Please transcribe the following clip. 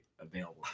available